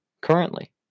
currently